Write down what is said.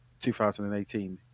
2018